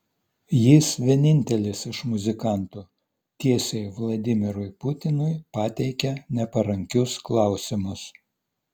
jis vienintelis iš muzikantų tiesiai vladimirui putinui pateikia neparankius klausimus